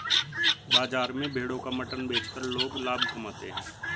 बाजार में भेड़ों का मटन बेचकर लोग लाभ कमाते है